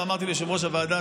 וגם אמרתי ליושב-ראש הוועדה,